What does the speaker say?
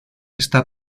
está